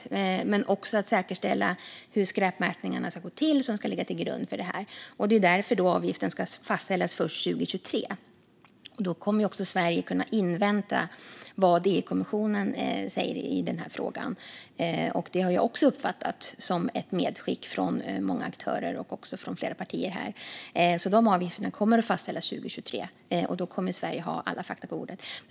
Man jobbar också för att säkerställa hur de skräpmätningar som ska ligga till grund för det här ska gå till. Det är därför avgifterna ska fastställas först 2023. Då kommer också Sverige att kunna invänta vad EU-kommissionen säger i den här frågan. Detta har jag också uppfattat som ett medskick från många aktörer och flera partier. Avgifterna kommer att fastställas 2023, och då kommer Sverige att ha alla fakta på bordet.